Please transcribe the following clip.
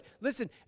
Listen